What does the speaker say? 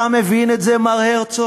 אתה מבין את זה, מר הרצוג?